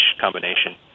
combination